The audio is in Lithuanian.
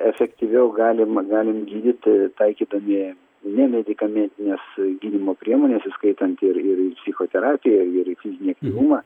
efektyviau galima galim gydyt taikydami nemedikamentines gydymo priemones įskaitant ir psichoterapiją ir fizinį aktyvumą